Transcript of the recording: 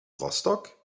rostock